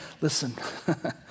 listen